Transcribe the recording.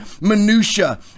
minutiae